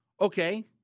Okay